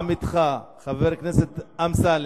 עמיתך חבר הכנסת אמסלם,